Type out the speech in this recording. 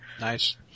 Nice